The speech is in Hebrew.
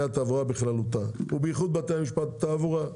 התעבורה בכללותה ובייחוד בתי המשפט לתעבורה,